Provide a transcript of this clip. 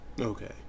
Okay